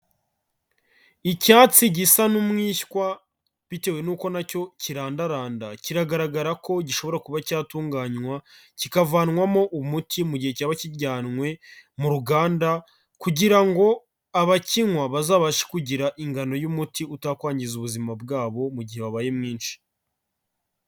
Icyatsi gisa n'umwishywa bitewe n'uko na cyo kirandaranda, kiragaragara ko gishobora kuba cyatunganywa, kikavanwamo umuti mu gihe cyaba kijyanwe mu ruganda kugira ngo abakinywa bazabashe kugira ingano y'umuti utakwangiza ubuzima bwabo mu gihe wabaye mwinshi.